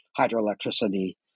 hydroelectricity